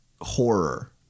horror